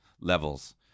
levels